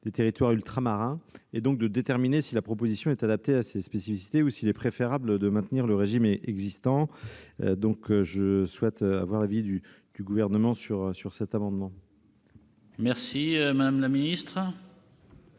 des territoires ultramarins, et donc de déterminer si la proposition est adaptée à ces spécificités ou s'il est préférable de maintenir le régime existant. Dès lors, je souhaiterais connaître l'avis du Gouvernement sur cet amendement. Quel est